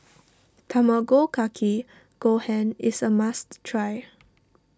Tamago Kake Gohan is a must try